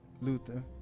Luther